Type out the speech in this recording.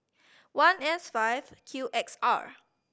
one S five Q X R